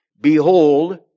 Behold